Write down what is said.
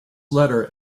letter